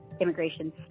immigration